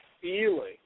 feeling